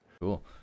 cool